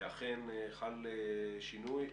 שאכן חל שינוי,